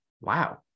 Wow